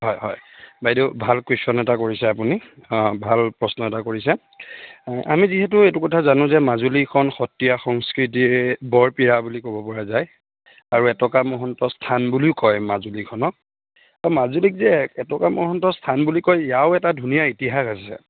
হয় হয় বাইদেউ ভাল কোৱেশ্যন এটা কৰিছে আপুনি ভাল প্ৰশ্ন এটা কৰিছে আমি যিহেতু এইটো কথা জানো যে মাজুলীখন সত্ৰীয়া সংস্কৃতিৰ বৰপীৰা বুলি ক'ব পৰা যায় আৰু এটকা মহন্তৰ স্থান বুলিও কয় মাজুলীখনক মাজুলীক যে এটকা মহন্তৰ স্থান বুলি কয় ইয়াৰো এটা ধুনীয়া ইতিহাস আছে